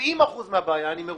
70% מהבעיה, אני מרוצה.